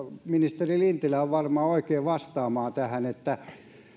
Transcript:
ministeri lintilä on varmaan oikea vastaamaan tähän